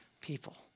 people